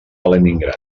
leningrad